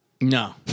No